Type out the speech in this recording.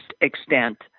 extent